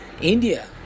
india